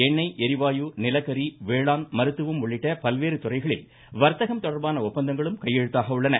எண்ணெய் ளிவாயு நிலக்கரி வேளாண் மருத்துவம் உள்ளிட்ட பல்வேறு துறைகளில் வர்த்தகம் தொடர்பான ஒப்பந்தங்களும் கையெழுத்தாக உள்ளன